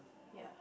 ya